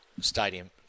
Stadium